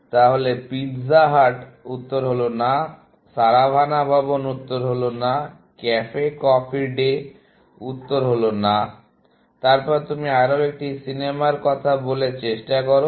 তাহলে Pizza Hut উত্তর হল না সারাভানা ভবন উত্তর হল না ক্যাফে কফি ডে উত্তর হল না তারপর তুমি আরও একটি সিনেমার কথা বলে চেষ্টা করো